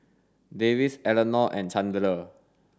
Davis Elinor and Chandler